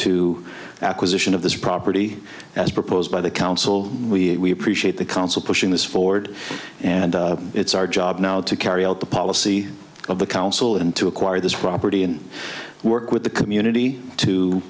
to acquisition of this property as proposed by the council we appreciate the council pushing this forward and it's our job now to carry out the policy of the council and to acquire this property and work with the community to